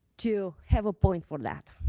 to have a point for that.